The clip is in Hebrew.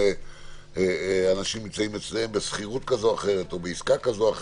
כי האנשים נמצאים אצלם בשכירות בעסקה כזו או אחרת,